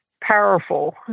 powerful